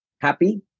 happy